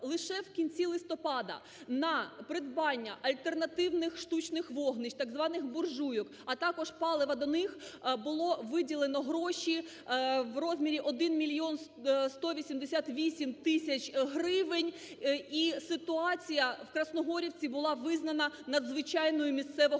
лише в кінці листопада на придбання альтернативних штучних вогнищ, так званих буржуйок, а також палива до них, було виділено гроші в розмірі 1 мільйон 188 тисяч гривень і ситуація в Красногорівці була визнана надзвичайною місцевого